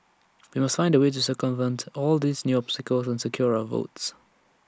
we must find A way to circumvent all these new obstacles and secure our votes